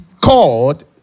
called